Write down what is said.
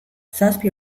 zazpi